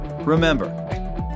Remember